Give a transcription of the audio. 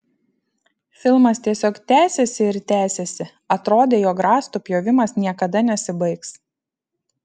filmas tiesiog tęsėsi ir tęsėsi atrodė jog rąstų pjovimas niekada nesibaigs